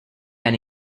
and